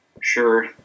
Sure